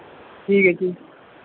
ਠੀਕ ਹੈ ਠੀਕ